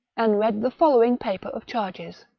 and read the following paper of charges,